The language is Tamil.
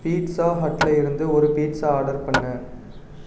பீட்சா ஹட்டில் இருந்து ஒரு பீட்சா ஆர்டர் பண்ணு